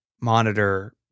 monitor